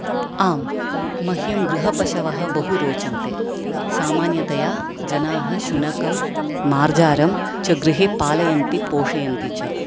आं मह्यं गृहपशवः बहु रोचन्ते सामान्यतया जनाः शुनकं मार्जारं च गृहे पालयन्ति पोषयन्ति च